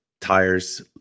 tires